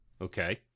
Okay